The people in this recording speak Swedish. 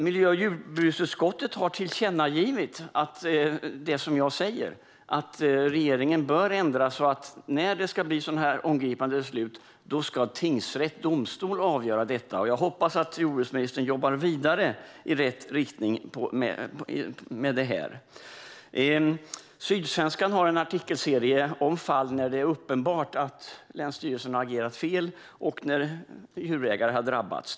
Miljö och jordbruksutskottet har tillkännagivit det som jag säger, alltså att regeringen bör ändra så att tingsrätt, domstol, ska avgöra när det ska bli sådana här omfattande beslut. Jag hoppas att landsbygdsministern jobbar vidare i rätt riktning med det här. Sydsvenskan har en artikelserie om fall där det är uppenbart att länsstyrelserna har agerat fel och djurägare har drabbats.